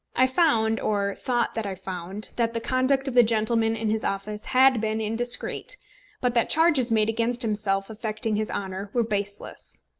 i found, or thought that i found, that the conduct of the gentleman in his office had been indiscreet but that charges made against himself affecting his honour were baseless.